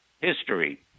history